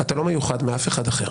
אתה לא מיוחד מאף אחד אחר.